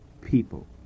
people